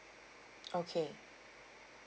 okay